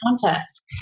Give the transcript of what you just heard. contest